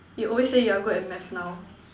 you always say you're good at math now